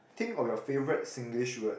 think of your favourite Singlish word